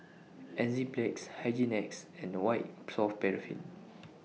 Enzyplex Hygin X and White Soft Paraffin